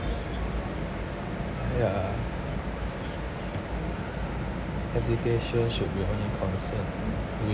yeah education should be only concerned with